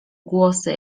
głosy